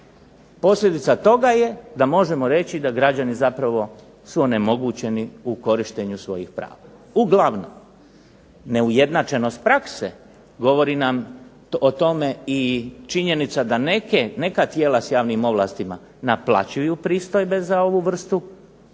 Posljedica toga je da možemo reći da građani zapravo su onemogućeni u korištenju svojih prava. Uglavnom neujednačenost prakse govori nam o tome i činjenica da neke, neka tijela s javnim ovlastima naplaćuju pristojbe za ovu vrstu